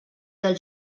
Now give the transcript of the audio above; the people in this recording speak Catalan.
del